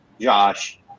Josh